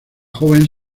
joven